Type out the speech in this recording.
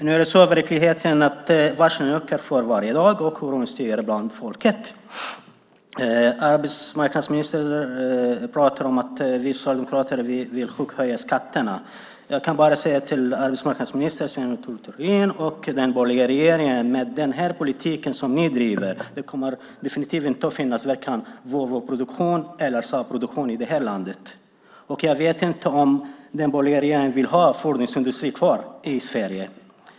Herr talman! Nu är verkligheten sådan att varslen ökar för varje dag och oron stiger bland folket. Arbetsmarknadsministern pratar om att vi socialdemokrater vill chockhöja skatterna. Jag kan bara säga till arbetsmarknadsministern och den borgerliga regeringen att med den politik som de driver kommer det definitivt inte att finnas vare sig Volvoproduktion eller Saabproduktion i det här landet. Jag vet inte om den borgerliga regeringen vill ha fordonsindustri kvar i Sverige.